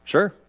Sure